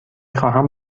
خواهم